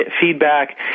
feedback